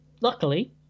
luckily